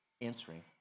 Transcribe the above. answering